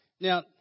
Now